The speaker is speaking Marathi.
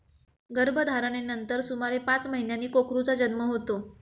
गर्भधारणेनंतर सुमारे पाच महिन्यांनी कोकरूचा जन्म होतो